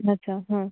अच्छा हां